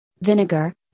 Vinegar